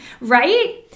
right